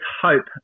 hope